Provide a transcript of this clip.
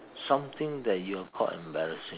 something that you were caught embarrassing